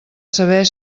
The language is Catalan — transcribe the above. saber